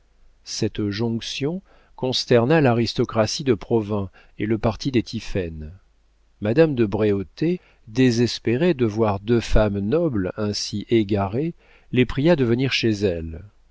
cette jonction consterna l'aristocratie de provins et le parti des tiphaine madame de bréautey désespérée de voir deux femmes nobles ainsi égarées les pria de venir chez elle